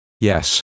yes